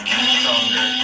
stronger